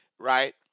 Right